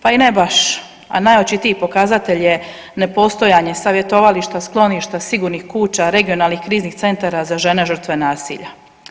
Pa i ne baš, a najočitiji pokazatelj je nepostojanje savjetovališta, skloništa, sigurnih kuća, regionalnih kriznih centara za žene žrtve nasilja.